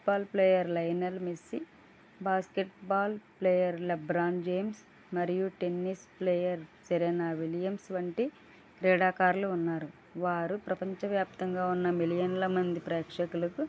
football player Lionel Messi basketball player LeBron James మరియు tennis player Serena Williams వంటి క్రీడాకారులు ఉన్నారు వారు ప్రపంచ వ్యాప్తంగా ఉన్న మిలియన్ల మంది ప్రేక్షకులకు